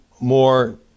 more